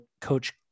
coach